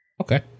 Okay